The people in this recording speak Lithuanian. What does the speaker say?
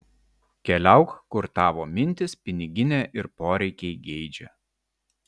keliauk kur tavo mintys piniginė ir poreikiai geidžia